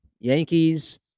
Yankees